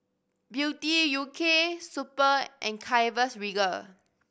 Beauty U K Super and Chivas Regal